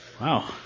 Wow